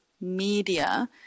media